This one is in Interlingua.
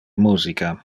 musica